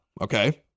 Okay